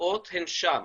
התוצאות הן שם.